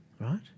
right